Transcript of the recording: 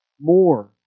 more